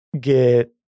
get